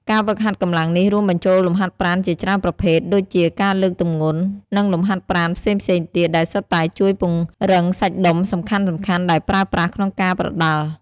ការហ្វឹកហាត់កម្លាំងនេះរួមបញ្ចូលលំហាត់ប្រាណជាច្រើនប្រភេទ ដូចជាការលើកទម្ងន់ និងលំហាត់ប្រាណផ្សេងៗទៀត ដែលសុទ្ធតែជួយពង្រឹងសាច់ដុំសំខាន់ៗដែលប្រើប្រាស់ក្នុងការប្រដាល់។